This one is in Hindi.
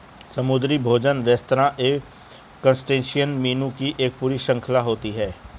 समुद्री भोजन रेस्तरां में क्रस्टेशियन मेनू की एक पूरी श्रृंखला होती है